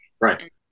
Right